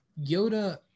Yoda